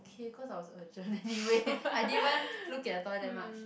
K cause I was urgent anyway I didn't even look at the toilet that much